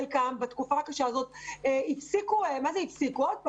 חלקם בתקופה הקשה הזאת הפסיקו זה נחלש,